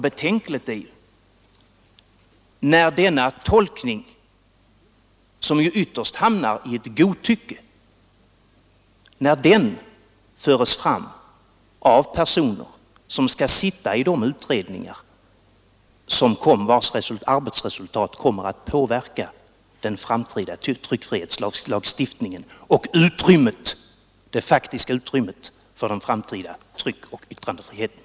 Betänkligt är det när denna tolkning, som ju ytterst leder till ett godtycke, förs fram av personer som skall sitta i de utredningar vilkas arbetsresultat kommer att påverka den framtida tryckfrihetslagstiftningen och det faktiska utrymmet för den framtida tryckoch yttrandefriheten.